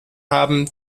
haben